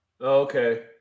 okay